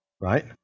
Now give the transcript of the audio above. right